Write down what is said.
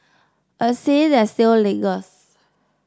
a scent that still lingers